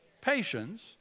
patience